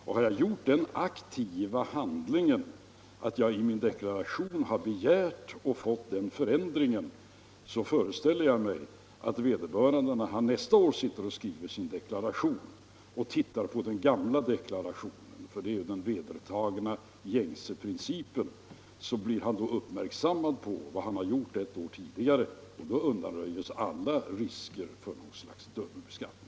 Om någon gjort en sådan aktiv handling att han i sin deklaration begärt denna ändring, föreställer jag mig att vederbörande när han nästa år skriver sin deklaration och då tittar på den gamla deklarationen — det är ju den gängse principen — blir uppmärksammad på vad han gjort tidigare, och därmed undanröjs alla risker för dubbelbeskattning.